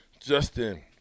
Justin